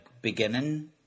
beginning